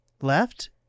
Left